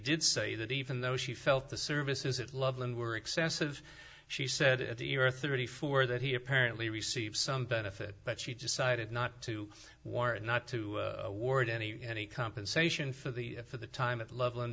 did say that even though she felt the services it loveland were excessive she said at the year thirty four that he apparently received some benefit but she decided not to war not to ward any any compensation for the for the time at lovel